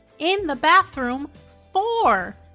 in the bathroom, four!